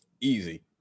easy